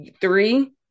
three